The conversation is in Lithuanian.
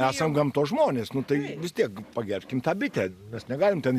esam gamtos žmonės tai vis tiek pagerbkim tą bitę mes negalim ten